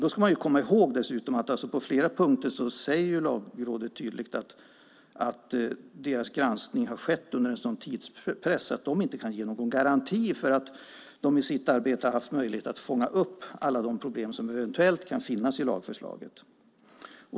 Då ska man dessutom komma ihåg att Lagrådet på flera punkter tydligt säger att deras granskning har skett under en sådan tidspress att de inte kan ge någon garanti för att de i sitt arbete har haft möjlighet att fånga upp alla de problem som eventuellt kan finnas i lagförslaget.